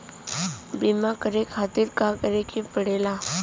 बीमा करे खातिर का करे के पड़ेला?